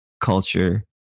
culture